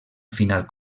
final